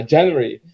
January